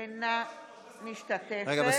אינה משתתפת בהצבעה רגע,